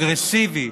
באופן אגרסיבי,